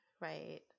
right